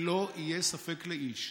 שלא יהיה ספק לאיש,